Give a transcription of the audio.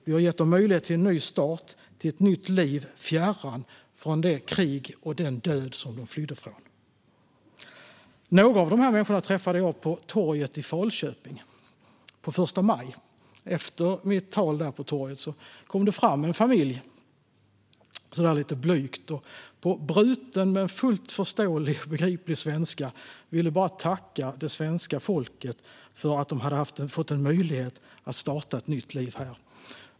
Vi har gett människor möjlighet till en ny start och till ett nytt liv, fjärran från det krig och den död som de flydde från. Några av dessa människor träffade jag på torget i Falköping på första maj. Efter mitt tal på torget kom det fram en familj, så där lite blygt. De ville, på bruten men fullt förståelig svenska, bara tacka det svenska folket för att de hade fått en möjlighet att starta ett nytt liv här.